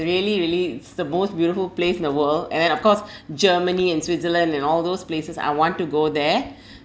really really it's the most beautiful place in the world and then of course Germany and Switzerland and all those places I want to go there